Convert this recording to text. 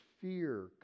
fear